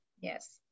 Yes